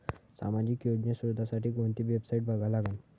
सामाजिक योजना शोधासाठी कोंती वेबसाईट बघा लागन?